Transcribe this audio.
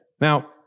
Now